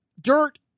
dirt